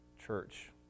church